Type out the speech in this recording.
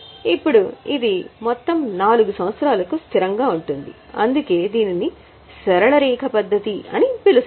ఇప్పుడు ఇది మొత్తం 4 సంవత్సరాలకు స్థిరంగా ఉంటుంది అందుకే దీనిని సరళ రేఖ పద్ధతి అని పిలుస్తారు